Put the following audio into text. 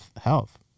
health